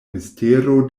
mistero